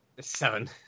seven